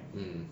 mm